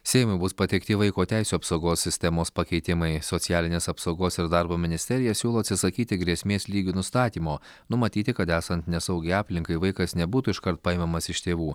seimui bus pateikti vaiko teisių apsaugos sistemos pakeitimai socialinės apsaugos ir darbo ministerija siūlo atsisakyti grėsmės lygių nustatymo numatyti kad esant nesaugiai aplinkai vaikas nebūtų iškart paimamas iš tėvų